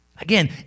Again